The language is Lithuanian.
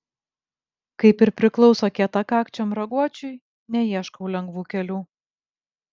kaip ir priklauso kietakakčiam raguočiui neieškau lengvų kelių